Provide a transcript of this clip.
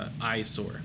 eyesore